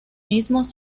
mismos